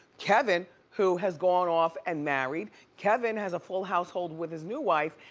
kevin, who has gone off and married, kevin has a full household with his new wife,